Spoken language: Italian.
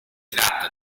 tratta